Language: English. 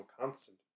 constant